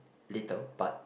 little but